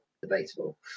debatable